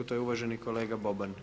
To je uvaženi kolega Boban.